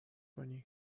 کنی